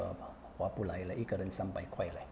划不来 leh 一个人三百块 leh